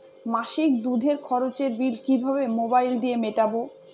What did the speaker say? মাসিক দুধের খরচের বিল কিভাবে মোবাইল দিয়ে মেটাব?